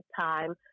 time